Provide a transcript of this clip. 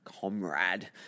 comrade